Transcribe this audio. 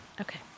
Okay